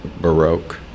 Baroque